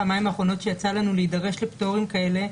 פעמיים האחרונות שיצא לנו להידרש לפטורים כאלה,